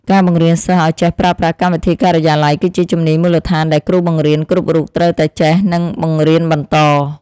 ការបង្រៀនសិស្សឱ្យចេះប្រើប្រាស់កម្មវិធីការិយាល័យគឺជាជំនាញមូលដ្ឋានដែលគ្រូបង្រៀនគ្រប់រូបត្រូវតែចេះនិងបង្រៀនបន្ត។